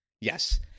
Yes